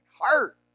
heart